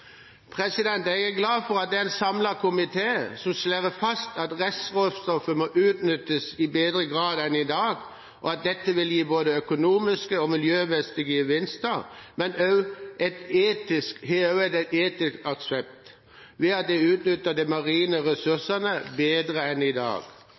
er en samlet komité som slår fast at restråstoffet må utnyttes i bedre grad enn i dag, og at dette vil gi både økonomiske og miljømessige gevinster, men at det også har en etisk aksept at en utnytter de marine